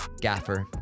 Gaffer